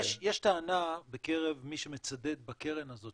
יש טענה בקרב מי שמצדד בקרן הזאת,